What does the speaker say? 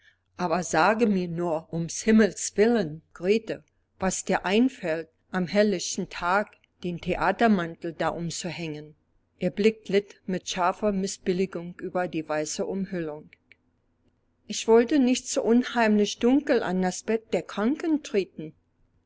aber sage mir nur ums himmels willen grete was dir einfällt am hellichten tage den theatermantel da umzuhängen ihr blick glitt mit scharfer mißbilligung über die weiße umhüllung ich wollte nicht so unheimlich dunkel an das bett der kranken treten